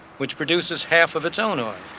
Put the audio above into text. which produces half of its own oil?